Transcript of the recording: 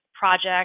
Project